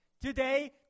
today